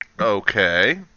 Okay